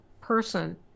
person